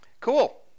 Cool